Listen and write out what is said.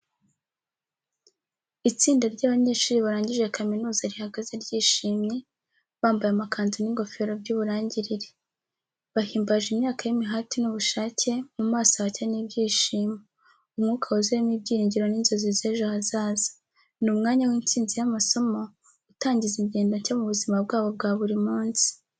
Itsinda ry’abanyeshuri barangije kaminuza rihagaze ryishimye, bambaye amakanzu n’ingofero by’uburangirire. Bahimbaje imyaka y’imihati n’ubushake, mu maso hacya n’ibyishimo. Umwuka wuzuyemo ibyiringiro n’inzozi z'ejo hazaza. Ni umwanya w’intsinzi y'amasomo, utangiza ingendo nshya mu buzima bwabo bwa buri munsi.